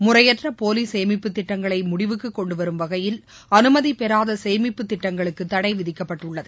முறையற்ற போலி சேமிப்பு திட்டங்களை முடிவுக்கு கொண்டுவரும் வகையில் அனுமதி பெறாத சேமிப்புத் திட்டங்களுக்கு தடை விதிக்கப்பட்டுள்ளது